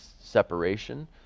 separation